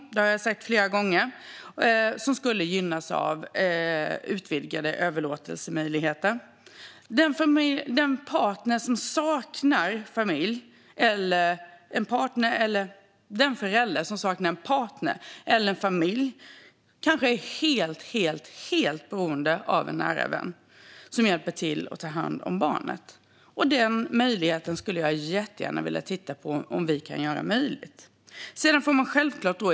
Det är oftast kvinnor som skulle gynnas av utvidgade möjligheter till överlåtelse, vilket jag har sagt flera gånger. Den förälder som saknar en partner eller familj är kanske helt beroende av en nära vän som hjälper till att ta hand om barnet. Jag skulle jättegärna vilja titta på om vi kan införa en sådan möjlighet.